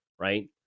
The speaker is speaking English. right